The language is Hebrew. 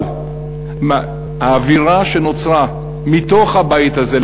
אבל האווירה שנוצרה מתוך הבית הזה,